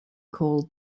called